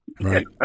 Right